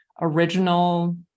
original